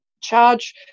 charge